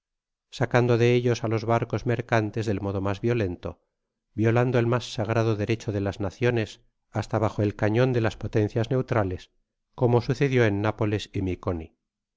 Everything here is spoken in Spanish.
sacando de ellos a los barcos mercantes del modo mas violento violando el mas sagrado derecho de las naciones hasta bajo el cañon de las potencias neutrales como sucedió en napoles y mieoni